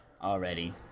already